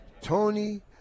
Tony